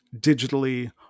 digitally